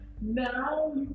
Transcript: now